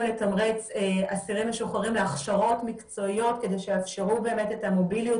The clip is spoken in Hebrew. לתמרץ אסירים משוחררים להכשרות מקצועיות כדי שיאפשרו את המוביליות